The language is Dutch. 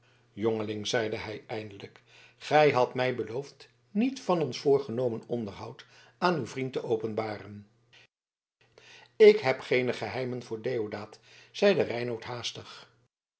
jongeling zeide hij eindelijk gij hadt mij beloofd niets van ons voorgenomen onderhoud aan uw vriend te openbaren ik heb geene geheimen voor deodaat zeide reinout haastig